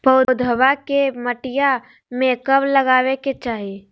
पौधवा के मटिया में कब लगाबे के चाही?